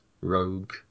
Rogue